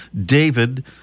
David